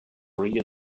real